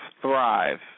Thrive